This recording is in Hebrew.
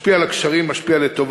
משפיע על הקשרים, משפיע לטובה.